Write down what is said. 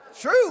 True